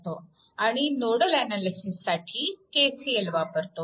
आणि nodal analysis साठी KCL वापरतो